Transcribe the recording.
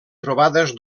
trobades